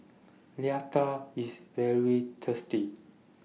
Raita IS very tasty